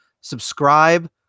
subscribe